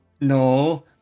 No